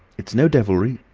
it's no devilry.